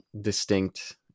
distinct